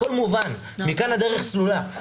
הכול מובן, מכאן הדרך סלולה.